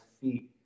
feet